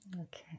okay